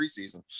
preseason